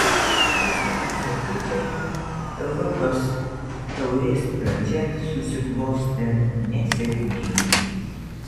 sostinės ekipai europos taurės pradžia susiklostė nesėkmingai